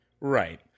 Right